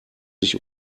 sich